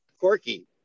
Corky